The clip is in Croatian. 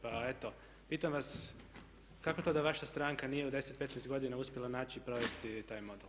Pa eto pitam vas kako to da vaša stranka nije u 10, 15 godina uspjela naći i provesti taj model.